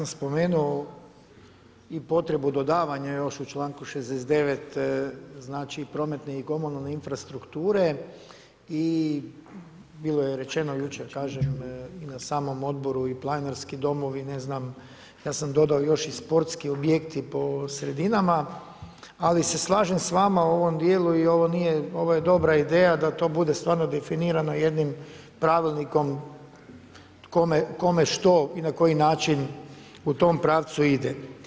Ja sam spomenuo i potrebu dodavanja još u članku 69. znači prometne i komunalne infrastrukture i bilo je rečeno jučer i na samom odboru i planinarski domovi, ne znam, ja sam dodao još i sportski objekti po sredinama, ali se slažem u ovom dijelu i ovo nije i ovo je dobra ideja da to bude stvarno definirano jednim pravilnikom kome što i na koji način u tom pravcu ide.